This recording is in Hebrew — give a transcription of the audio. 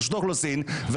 מרשות האוכלוסין,